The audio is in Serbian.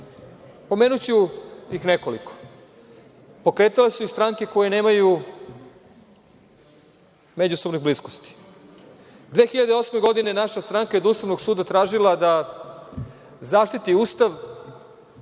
Pomenuću ih nekoliko. Pokretale su i stranke koje nemaju međusobne bliskosti. Godine 2008. je naša stranka od Ustavnog suda tražila da zaštiti Ustav